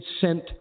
sent